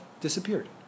disappeared